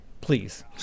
Please